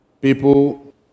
People